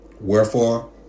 Wherefore